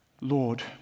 Lord